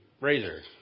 razor